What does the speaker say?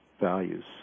values